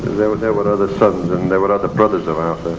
there were there were other sons and there were other brothers of